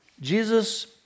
Jesus